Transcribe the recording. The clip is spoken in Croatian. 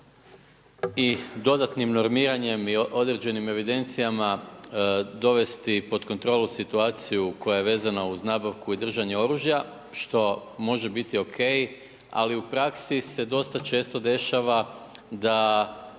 i dodatnim normiranjem i određenim evidencijama dovesti pod kontrolu situaciju koja je vezana uz nabavku i držanje oružja što može biti O.K. ali u praksi se dosta često dešava da